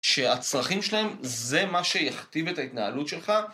שהצרכים שלהם זה מה שיכתיב את ההתנהלות שלך.